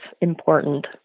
important